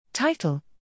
Title